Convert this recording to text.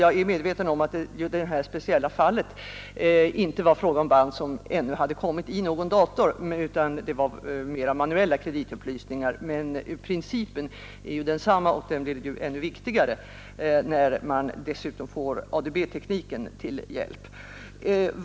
Jag är medveten om att det i det här speciella fallet inte var fråga om banduppgifter som ännu kommit in i någon dator, utan om mer manuellt handlagda kreditupplysningar; men principen är densamma, och den blir ännu 31 viktigare när man dessutom får ADB-tekniken till hjälp.